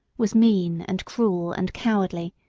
was mean and cruel and cowardly,